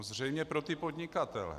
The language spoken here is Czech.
Zřejmě pro ty podnikatele.